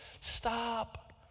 Stop